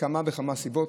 מכמה וכמה סיבות.